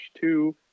two